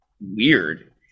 weird